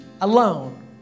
alone